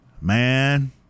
Man